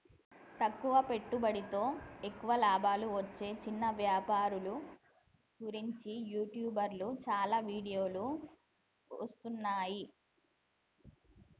తక్కువ పెట్టుబడితో ఎక్కువ లాభాలు వచ్చే చిన్న వ్యాపారుల గురించి యూట్యూబ్లో చాలా వీడియోలు వస్తున్నాయి